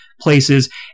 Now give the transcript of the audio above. places